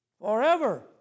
Forever